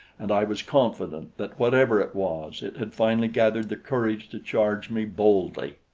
and i was confident that whatever it was, it had finally gathered the courage to charge me boldly.